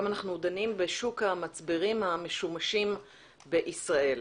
היום אנחנו דנים בשוק המצברים המשומשים בישראל.